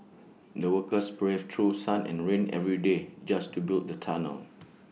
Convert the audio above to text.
the workers braved through sun and rain every day just to build the tunnel